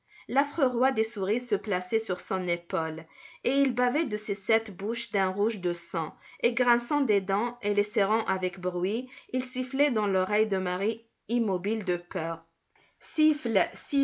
l'affreux roi des souris se plaçait sur son épaule et il bavait de ses sept bouches d'un rouge de sang et grinçant des dents et les serrant avec bruit il sifflait dans l'oreille de marie immobile de peur siffle